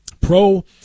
pro